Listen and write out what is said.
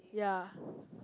ya